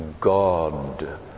God